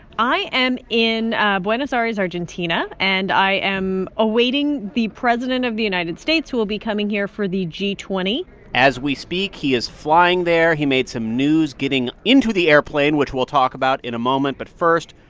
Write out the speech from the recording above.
i am in buenos aires, argentina. and i am awaiting the president of the united states who will be coming here for the g twenty point as we speak, he is flying there. he made some news getting into the airplane, which we'll talk about in a moment. but first,